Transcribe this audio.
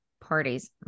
parties